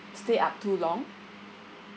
stay up too long